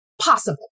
possible